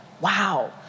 Wow